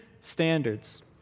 standards